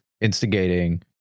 instigating